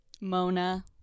Mona